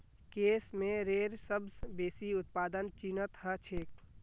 case मेयरेर सबस बेसी उत्पादन चीनत ह छेक